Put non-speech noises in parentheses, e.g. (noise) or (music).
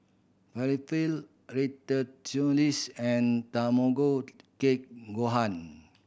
Falafel (unintelligible) and Tamago Kake Gohan